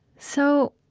so,